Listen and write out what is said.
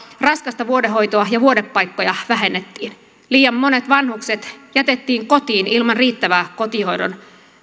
raskasta vuodehoitoa ja vuodepaikkoja vähennettiin liian monet vanhukset jätettiin kotiin ilman riittävää kotihoidon